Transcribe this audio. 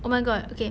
oh my god okay